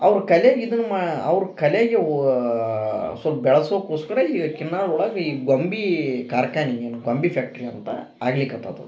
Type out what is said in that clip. ಅವ್ರ ಕಲೆಗೆ ಇದನ್ನ ಮಾ ಅವ್ರ ಕಲೆಗೆ ಓ ಸೊಲ್ಪ ಬೆಳಸಕೋಸ್ಕರ ಈಗ ಕಿನ್ನಾಳ ಒಳಗೆ ಈ ಗೊಂಬೆ ಕಾರ್ಖಾನೆ ಏನು ಗೊಂಬೆ ಫ್ಯಾಕ್ರ್ಟಿ ಅಂತ ಆಗಲಿಕತ್ತದ